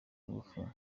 ngufu